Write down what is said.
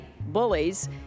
bullies